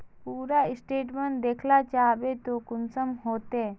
पूरा स्टेटमेंट देखला चाहबे तो कुंसम होते?